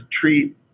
treat